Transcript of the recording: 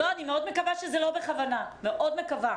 אני מאוד מקווה שזה לא בכוונה, מאוד מקווה.